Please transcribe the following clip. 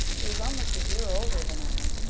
who is almost a year older than i,